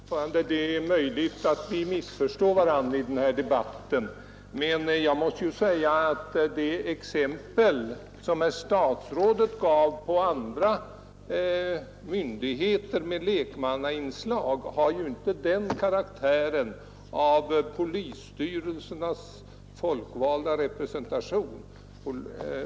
Herr talman! Det är möjligt att vi har missförstått varandra i denna debatt. Herr statsrådet gav här exempel på andra myndigheter med lekmannainslag, men de är ju inte av samma karaktär som polisstyrelsernas folkvalda representation.